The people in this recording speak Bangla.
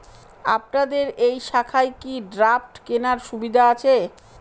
আপনাদের এই শাখায় কি ড্রাফট কেনার সুবিধা আছে?